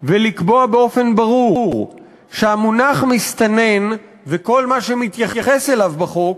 ולקבוע באופן ברור שהמונח מסתנן וכל מה שמתייחס אליו בחוק